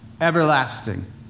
everlasting